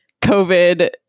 COVID